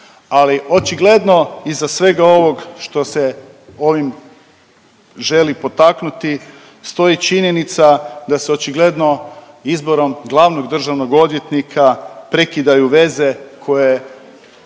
ali očigledno iza svega ovog što se ovim želi potaknuti stoji činjenica da se očigledno izborom glavnog državnog odvjetnika prekidaju veze koje